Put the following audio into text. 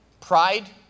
pride